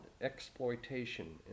exploitation